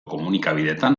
komunikabideetan